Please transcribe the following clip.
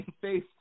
face